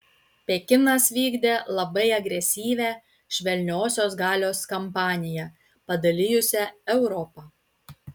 pekinas vykdė labai agresyvią švelniosios galios kampaniją padalijusią europą